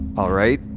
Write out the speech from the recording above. alright,